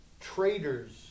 Traitors